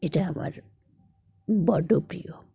এটা আমার বড্ড প্রিয়